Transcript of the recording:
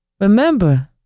Remember